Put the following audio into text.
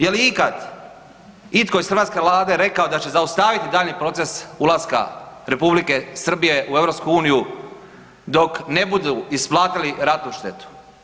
Je li ikad itko iz hrvatske Vlade rekao da će zaustaviti daljnji proces ulaska Republike Srbije u EU dok ne budu isplatiti ratnu štetu?